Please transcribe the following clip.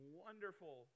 wonderful